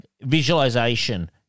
visualization